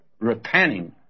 repenting